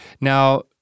Now